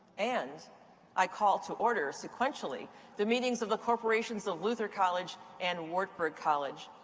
and i call to order sequentially the meetings of the corporations of luther college and wartburg college.